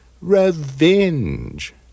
Revenge